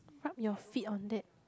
rub your feet on that